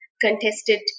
contested